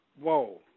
whoa